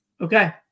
okay